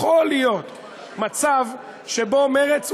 יכול להיות מצב שמרצ,